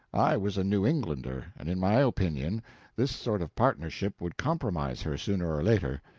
i was a new englander, and in my opinion this sort of partnership would compromise her, sooner or later.